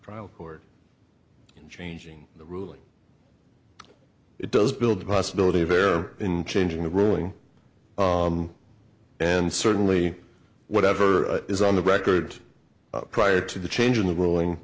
trial court changing the ruling it does build the possibility of error in changing the ruling and certainly whatever is on the record prior to the change in the ruling